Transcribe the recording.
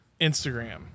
Instagram